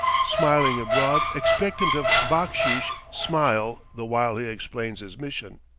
smiling a broad expectant-of-backsheesh smile the while he explains his mission.